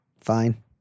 Fine